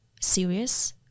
serious